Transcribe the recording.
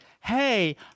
hey